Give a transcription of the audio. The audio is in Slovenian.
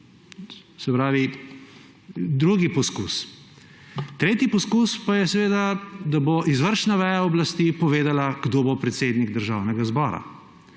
Se pravi drugi poskus. Tretji poskus pa je, da bo izvršna veja oblasti povedala, kdo bo predsednik Državnega zbora.